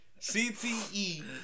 CTE